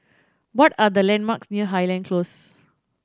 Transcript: what are the landmarks near Highland Close